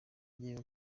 ngiye